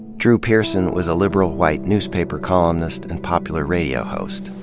drew pearson was a liberal white newspaper columnist and popular radio host.